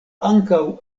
ankaŭ